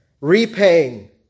repaying